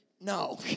No